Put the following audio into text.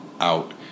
out